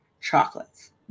chocolates